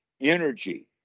energy